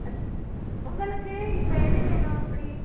அது உங்களுக்கு இப்போ எதுவேணும் எப்படி